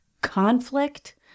conflict